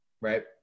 right